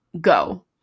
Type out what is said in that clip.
go